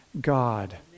God